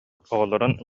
оҕолорун